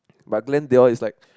but Gleen they all is like